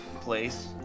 place